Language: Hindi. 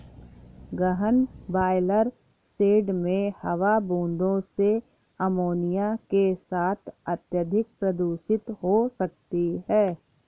गहन ब्रॉयलर शेड में हवा बूंदों से अमोनिया के साथ अत्यधिक प्रदूषित हो सकती है